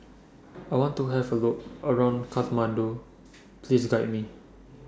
I want to Have A Look around Kathmandu Please Guide Me